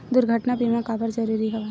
दुर्घटना बीमा काबर जरूरी हवय?